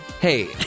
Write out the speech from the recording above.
Hey